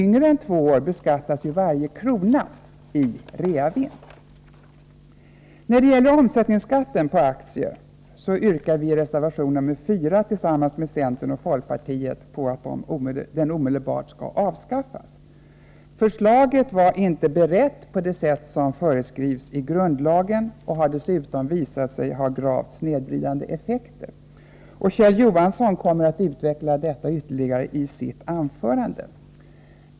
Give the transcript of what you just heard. När det gäller omsättningsskatten på aktier yrkar vi i reservation 4, som vi avgivit tillsammans med centern och folkpartiet, att den omedelbart avskaffas. Förslaget var inte berett på det sätt som föreskrivs i grundlagen och har dessutom redan visat sig ha gravt snedvridande effekter. Kjell Johansson kommer att utveckla detta ytterligare i sitt anförande.